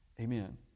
Amen